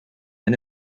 and